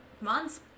months